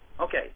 Okay